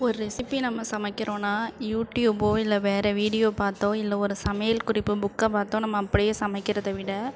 ஒரு ரெஸிப்பி நம்ம சமைக்கிறோன்னால் யூடியூபோ இல்லை வேறு வீடியோ பார்த்தோ இல்லை ஒரு சமையல் குறிப்பு புக்கை பார்த்தோ நம்ம அப்படியே சமைக்கிறதை விட